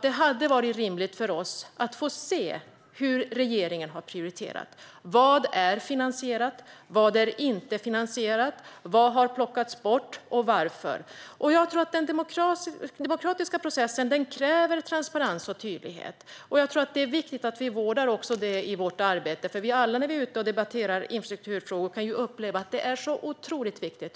Det hade varit rimligt för oss att få se hur regeringen har prioriterat. Vad är finansierat? Vad är inte finansierat? Vad har plockats bort och varför? Den demokratiska processen kräver transparens och tydlighet. Det är viktigt att också vi vårdar det i vårt arbete. Alla typer av infrastrukturfrågor är så otroligt viktiga.